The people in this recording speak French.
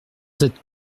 tête